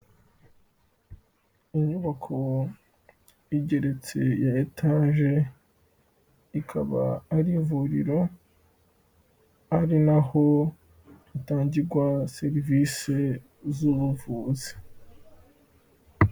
Inyubako igeretse ya etaje, ikaba ari ivuriro, ari na ho hatangirwa serivisi z'ubuvuzi.